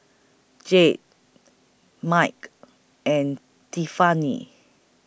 Jed Mike and Tiffani